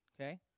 Okay